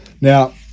now